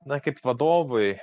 na kaip vadovui